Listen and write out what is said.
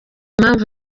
mpamvu